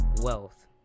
wealth